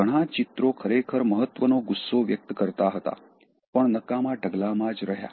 ઘણા ચિત્રો ખરેખર મહત્વનો ગુસ્સો વ્યક્ત કરતાં હતા પણ નકામા ઢગલામાં જ રહ્યા